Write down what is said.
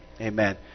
Amen